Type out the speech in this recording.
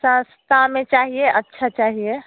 सस्ता में चाहिए अच्छा चाहिए